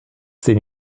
sehen